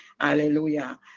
hallelujah